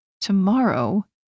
Tomorrow